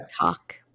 talk